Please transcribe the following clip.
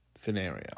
scenario